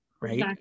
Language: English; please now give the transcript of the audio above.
right